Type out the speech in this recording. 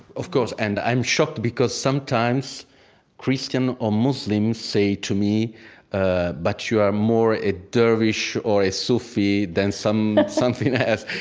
of course. and i'm shocked because sometimes christian or muslims say to me ah but you are more a dervish or a sufi than some something ah else.